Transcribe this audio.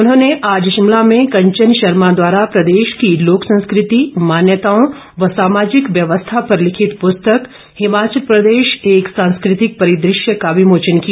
उन्होंने आज शिमला में कंचन शर्मा द्वारा प्रदेश की लोक संस्कृति मान्यताओं व सामाजिक व्यवस्था पर लिखित पुस्तक हिमाचल प्रदेश एक सांस्कृतिक परिदृश्य का विमोचन किया